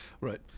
Right